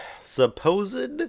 supposed